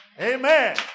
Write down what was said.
amen